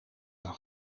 dan